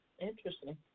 Interesting